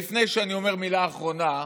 לפני שאני אומר מילה אחרונה,